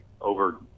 over